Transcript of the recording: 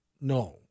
no